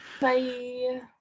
Bye